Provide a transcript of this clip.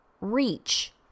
Reach